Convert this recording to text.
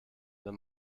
wenn